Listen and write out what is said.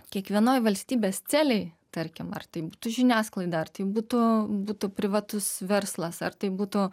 kiekvienoje valstybės celėj tarkim ar tai būtų žiniasklaida ar tai būtų būtų privatus verslas ar tai būtų